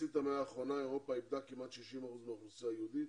במחצית המאה האחרונה אירופה איבדה כמעט 60% מהאוכלוסייה היהודית,